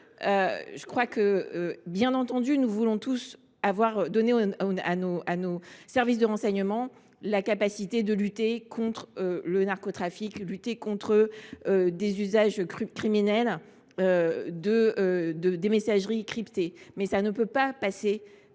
en place. Bien entendu, nous voulons tous donner à nos services de renseignement la capacité de lutter contre le narcotrafic ou contre les usages criminels des messageries cryptées. Mais cela ne peut pas se